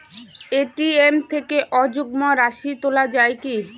ATM থেকে অযুগ্ম রাশি তোলা য়ায় কি?